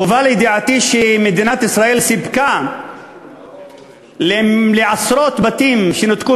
הובא לידיעתי שמדינת ישראל סיפקה לעשרות בתים שנותקו